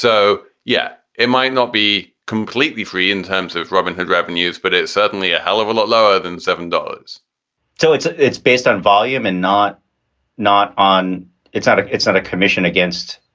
so yeah, it might not be completely free in terms of robin hood revenues, but it's certainly a hell of a lot lower than seven dollars so it's ah it's based on volume and not not on it's not it's not a commission against